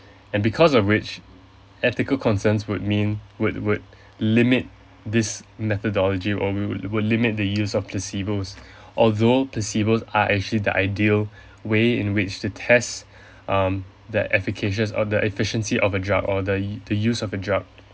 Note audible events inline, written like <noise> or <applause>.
<breath> and because of which ethical concerns would mean would would limit this methodology or will would would limit the use of placebos <breath> although placebos are actually the ideal <breath> way in which the test <breath> um the efficacious or the efficiency of a drug or the the use of the drug